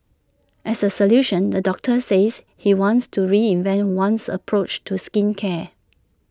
as A solution the doctor says he wants to reinvent one's approach to skincare